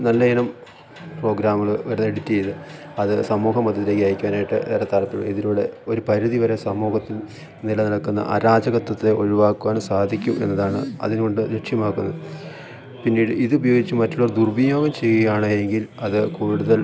നല്ല ഇനം പ്രോഗ്രാമുകൾ വരെ എഡിറ്റ് ചെയ്ത് അത് സമൂഹ മധ്യത്തിലേക്ക് അയക്കാനായിട്ട് ഏറെ ഇതിലൂടെ ഒരു പരിധിവരെ സമൂഹത്തിൽ നിലനിൽക്കുന്ന അരാജകത്വത്തെ ഒഴിവാക്കുവാനും സാധിക്കും എന്നതാണ് അതിനെക്കൊണ്ട് ലക്ഷ്യമാക്കുന്നത് പിന്നീട് ഇതുപയോഗിച്ച് മറ്റുള്ളവർ ദുർവിനിയോഗം ചെയ്യുകയാണ് എങ്കിൽ അത് കൂടുതൽ